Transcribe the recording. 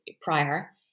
prior